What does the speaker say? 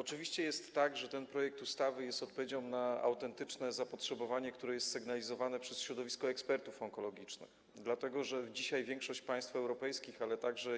Oczywiście jest tak, że ten projekt ustawy jest odpowiedzią na autentyczne zapotrzebowanie, które jest sygnalizowane przez środowisko ekspertów onkologicznych, dlatego że dzisiaj większość państw europejskich, ale także